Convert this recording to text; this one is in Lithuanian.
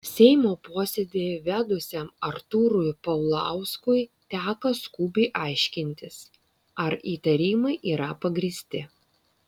seimo posėdį vedusiam artūrui paulauskui teko skubiai aiškintis ar įtarimai yra pagrįsti